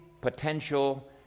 potential